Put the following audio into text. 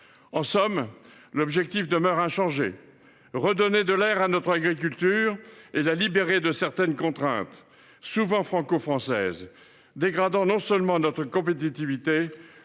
En somme, l’objectif demeure inchangé : redonner de l’air à notre agriculture et la libérer de certaines contraintes, souvent franco françaises, qui non seulement dégradent notre compétitivité